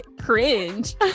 cringe